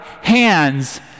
hands